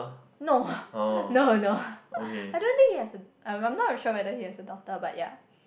no no no I don't think he has a I'm not very sure whether he has a daughter but ya